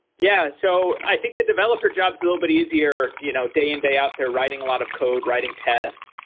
yeah, so i think the developer jobs a little bit easier you know day in day out there writing a lot of code, writing tests,